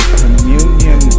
communion